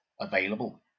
available